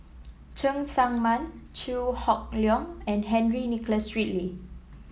Cheng Tsang Man Chew Hock Leong and Henry Nicholas Ridley